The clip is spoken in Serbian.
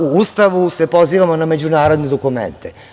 U Ustavu se pozivamo na međunarodne dokumente.